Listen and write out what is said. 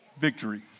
Victory